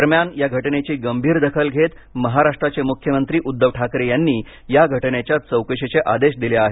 दरम्यान या घटनेची गंभीर दखल घेत महाराष्ट्राचे मुख्यमंत्री उद्धव ठाकरे यांनी या घटनेच्या चौकशीचे आदेश दिले आहेत